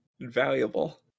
valuable